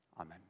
Amen